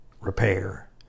repair